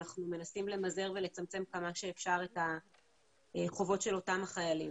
אנחנו מנסים למזער ולצמצמם כמה שאפשר את החובות של אותם חיילים.